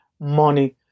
money